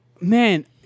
man